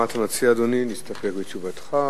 מה אתה מציע, אדוני, להסתפק בתשובתך?